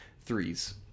threes